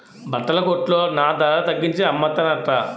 బట్టల కొట్లో నా ధరల తగ్గించి అమ్మతన్రట